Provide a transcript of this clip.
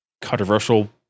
controversial